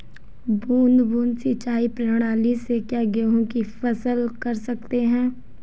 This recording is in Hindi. बूंद बूंद सिंचाई प्रणाली से क्या गेहूँ की फसल कर सकते हैं?